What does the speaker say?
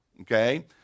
okay